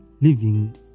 living